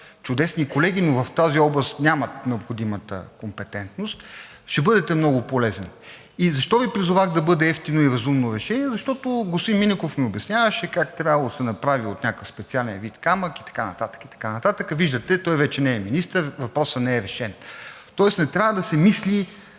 чудесни колеги, но в тази област нямат необходимата компетентност, ще бъдете много полезен. И защо Ви призовах да бъде евтино и разумно решение? Защото господин Минеков ми обясняваше как трябвало да се направи от някакъв специален вид камък и така нататък, и така нататък. Виждате, той вече не е министър, въпросът не е решен. Тоест, не трябва да се мислят